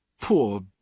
Poor